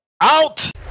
Out